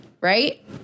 right